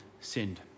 sinned